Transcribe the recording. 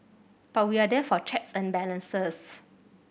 but we are there for checks and balances